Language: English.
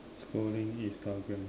scrolling Instagram